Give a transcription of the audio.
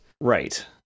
Right